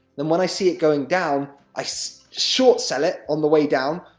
then, when i see it going down, i short sell it on the way down,